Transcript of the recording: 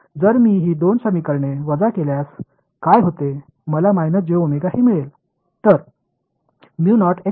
जर मी ही दोन समीकरणे वजा केल्यास काय होते मला हे मिळेल